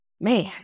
man